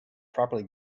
properly